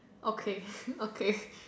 okay okay